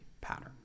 pattern